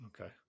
Okay